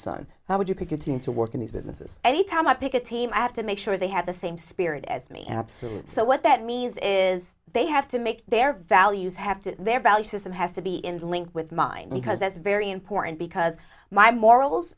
son how would you pick your team to work in these businesses any time i pick a team have to make sure they have the same spirit as me absolute so what that means is they have to make their values have to their value system has to be in the link with mine because that's very important because my morals